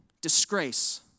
Disgrace